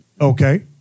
Okay